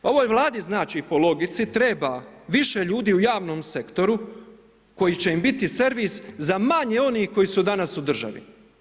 Ovoj Vladi znači po logici treba više ljudi u javnom sektoru koji će im biti servis za manje onih koji su danas u državi.